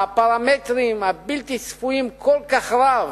הפרמטרים הבלתי-צפויים בו הוא כל כך רב,